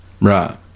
Right